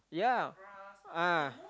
yeah ah